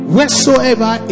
Wheresoever